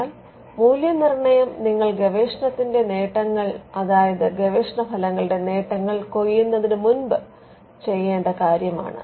എന്നാൽ മൂല്യനിർണ്ണയം നിങ്ങൾ ഗവേഷണത്തിന്റെ നേട്ടങ്ങൾ അതായത് ഗവേഷണ ഫലങ്ങളുടെ നേട്ടങ്ങൾ കൊയ്യുന്നതിന് മുമ്പ് ചെയ്യേണ്ട കാര്യമാണ്